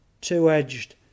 two-edged